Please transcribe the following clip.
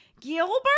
Gilbert